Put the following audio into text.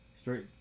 straight